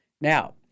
Now